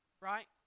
right